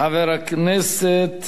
חבר הכנסת